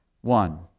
One